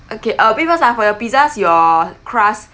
okay uh flavors ah for your pizzas your crust